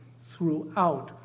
throughout